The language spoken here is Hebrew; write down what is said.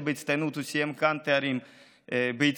בהצטיינות הוא סיים כאן תארים בהצטיינות,